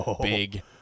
Big